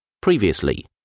Previously